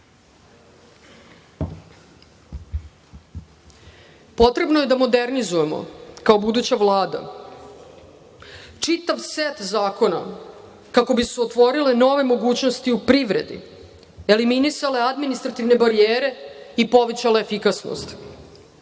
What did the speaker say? posluju. Potrebno je da modernizujemo, kao buduća Vlada, čitav set zakona kako bi se otvorile nove mogućnosti u privredi, eliminisale administrativne barijere i povećala efikasnost.